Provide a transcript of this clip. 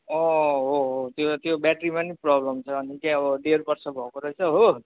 अँ हो हो त्यो त्यो ब्याट्रीमा पनि प्रब्लम छ अनि चाहिँ अब डेढ वर्ष भएको रहेछ हो